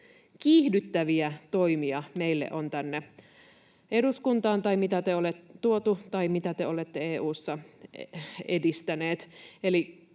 kiihdyttäviä toimia meille on tänne eduskuntaan tuotu tai mitä te olette EU:ssa edistäneet.